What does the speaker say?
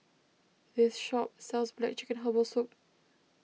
this shop sells Black Chicken Herbal Soup